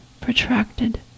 protracted